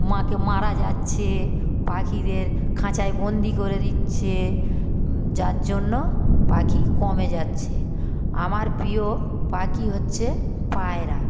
মাকে মারা যাচ্ছে পাখিদের খাঁচায় বন্দি করে দিচ্ছে যার জন্য পাখি কমে যাচ্ছে আমার প্রিয় পাখি হচ্ছে পায়রা